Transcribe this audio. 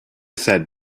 sat